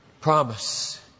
promise